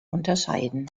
unterscheiden